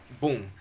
Boom